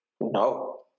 No